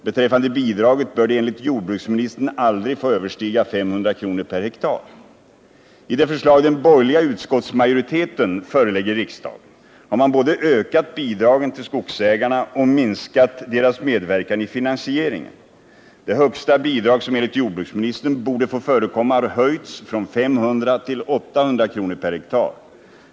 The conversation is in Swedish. Vad gäller bidraget bör detta enligt jordbruksministern aldrig få överstiga 500 kr. per hektar. I det förslag den borgerliga utskottsmajoriteten förelägger riksdagen har man både ökat bidragen till skogsägarna och minskat deras medverkan i finansieringen. Det högsta bidrag som enligt jordbruksministern borde få förekomma har höjts från 500 till 800 kr. per hektar.